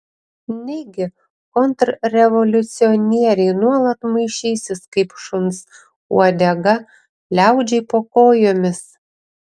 negi kontrrevoliucionieriai nuolat maišysis kaip šuns uodega liaudžiai po kojomis